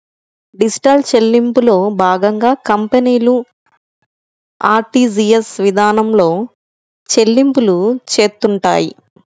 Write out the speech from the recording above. digital చెల్లింపుల్లో భాగంగా కంపెనీలు ఆర్టీజీయస్ ఇదానంలో చెల్లింపులు చేత్తుంటాయి